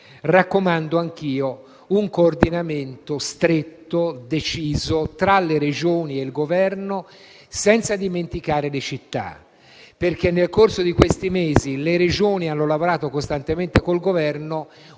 raccomando anch'io un coordinamento stretto e deciso tra le Regioni e il Governo, senza dimenticare le città. Infatti, nel corso di questi mesi le Regioni hanno lavorato costantemente col Governo,